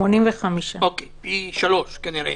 פי שלושה כנראה.